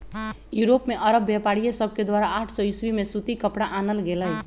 Europe में अरब व्यापारिय सभके द्वारा आठ सौ ईसवी में सूती कपरा आनल गेलइ